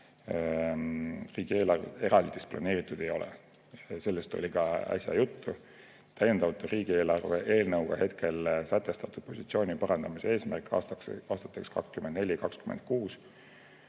riigieelarvest eraldist planeeritud ei ole. Sellest oli ka äsja juttu. Täiendavalt on riigieelarve eelnõuga hetkel sätestatud positsiooni parandamise eesmärgil aastateks 2024–2026